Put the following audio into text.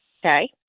Okay